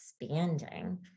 expanding